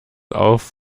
auf